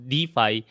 DeFi